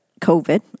COVID